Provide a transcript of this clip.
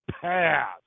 pass